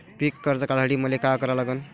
पिक कर्ज काढासाठी मले का करा लागन?